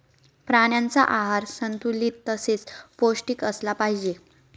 प्राण्यांचा आहार संतुलित तसेच पौष्टिक असला पाहिजे